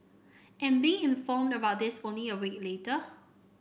and being informed about this only a week later